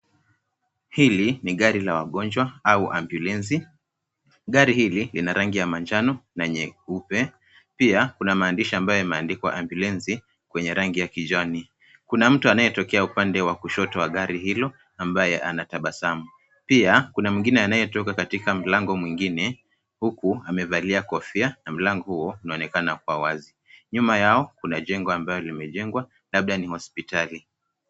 Hili ,ni gari la wagonjwa au ambulensi. Gari hili ,lina rangi ya manjano na nyeupe. Pia, kuna maandishi ambayo yameandikwa ambulensi ,kwenye rangi ya kijani. Kuna mtu anayetokea upande wa kushoto wa gari hilo, ambaye anatabasamu. Pia, kuna mwingine anayetoka katika mlango mwingine, huku amevalia kofia na mlango huo, inaonekana kuwa wazi. Nyuma yao, kuna jengo ambayo limejengwa, labda ni hospitali.